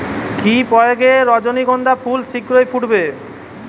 কি প্রয়োগে রজনীগন্ধা ফুল শিঘ্র ফুটবে?